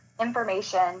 information